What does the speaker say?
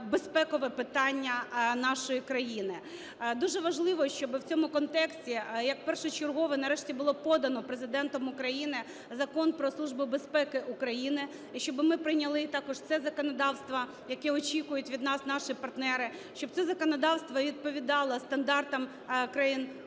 безпекове питання нашої країни. Дуже важливо, щоб у цьому контексті як першочергове нарешті було подано Президентом України Закон "Про Службу безпеки України", і щоб ми прийняли також це законодавство, яке очікують від нас наші партнери, щоб це законодавство відповідало стандартам країн НАТО,